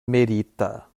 merita